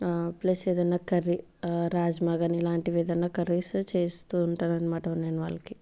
plus ఏదైనా curry rajma కాని ఇలాంటివి ఏదైనా కర్రీస్ చేస్తూ ఉంటాను అన్నమాట నేను వాళ్ళకి